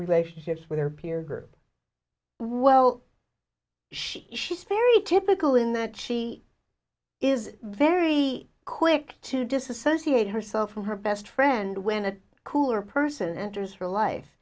relationships with their peer group well she she's very typical in that she is very quick to disassociate herself from her best friend when a cooler person enters her life